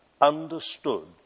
understood